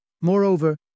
Moreover